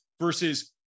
versus